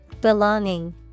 Belonging